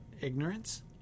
ignorance